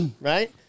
Right